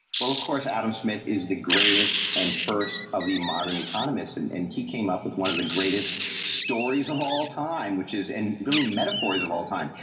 well, of course, adam smith is the greatest. and first of the modern economists, and and he came up with one of the greatest stories of all time, which is and really metaphors of all time,